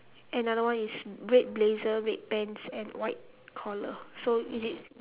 another one is red blazer red pants and white collar so is it